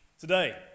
today